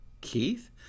Keith